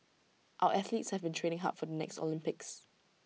our athletes have been training hard for the next Olympics